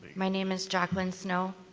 my name is jacquelyn snow.